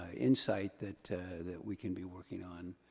ah insight that that we can be working on.